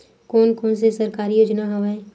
कोन कोन से सरकारी योजना हवय?